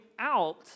out